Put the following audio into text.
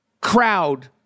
crowd